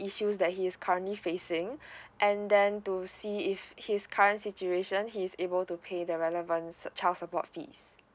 issues that he is currently facing and then to see if his current situation he's able to pay the relevant cer~ child support fees